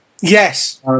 Yes